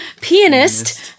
Pianist